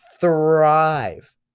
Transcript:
thrive